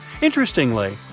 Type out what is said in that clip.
Interestingly